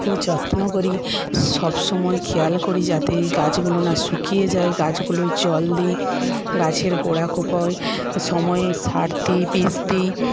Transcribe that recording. খুব যত্ন করি সব সময় খেয়াল করি যাতে গাছগুলো না শুকিয়ে যায় গাছগুলোয় জল দিই গাছের গোড়া কোপই সময়ে সার দিই বিষ দিই